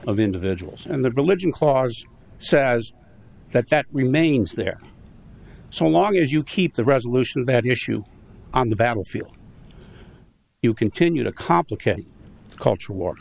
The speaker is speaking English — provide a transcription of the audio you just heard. of individuals and the religion clause says that that remains there so long as you keep the resolution of that issue on the battlefield you continue to complicate the culture war